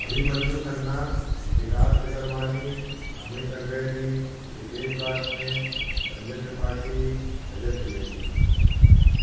Abhimanyu Khanna Bikas Kesarwani Amit Agreri Dipesh Varshney Sanjay Tripathi Rajat Dwivedi